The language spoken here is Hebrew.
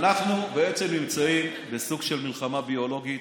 אנחנו בעצם נמצאים בסוג של מלחמה ביולוגית,